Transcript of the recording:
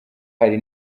hari